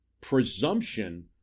presumption